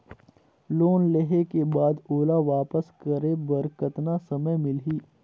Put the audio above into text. Loan लेहे के बाद ओला वापस करे बर कतना समय मिलही?